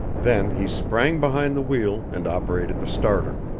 then he sprang behind the wheel and operated the starter.